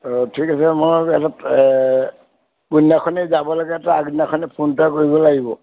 অঁ ঠিক আছে মই অলপ কোনদিনাখন যাব লাগে ত আগদিনাখনে ফোন এটা কৰিব লাগিব